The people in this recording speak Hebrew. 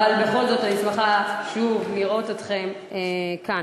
אבל בכל זאת אני שמחה שוב לראות אתכם כאן.